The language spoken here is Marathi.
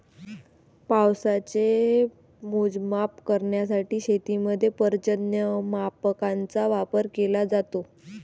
पावसाचे मोजमाप करण्यासाठी शेतीमध्ये पर्जन्यमापकांचा वापर केला जातो